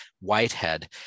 Whitehead